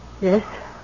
Yes